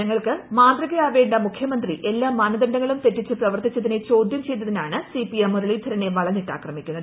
ജനങ്ങൾക്ക് മാതൃകയാവേണ്ട മുഖ്യമന്ത്രി എല്ലാ മാനദണ്ഡങ്ങളും തെറ്റിച്ച് പ്രവർത്തിച്ചതിനെ ചോദ്യം ചെയ്തതിനാണ് സിപിഎം മുരളീധരനെ വളഞ്ഞിട്ടാക്രമിക്കുന്നത്